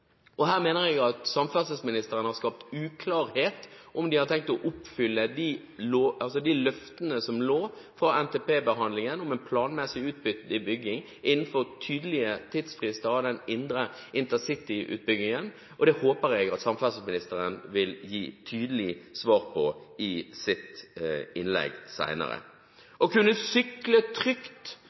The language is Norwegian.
intercitytriangelet. Her mener jeg at samferdselsministeren har skapt uklarhet om hvorvidt man har tenkt å oppfylle de løftene som lå der fra NTP-behandlingen, om en planmessig utbygging innenfor tydelige tidsfrister av det indre intercitytriangelet. Det håper jeg at samferdselsministeren vil gi tydelig svar på i sitt innlegg senere. Å kunne sykle trygt